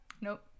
nope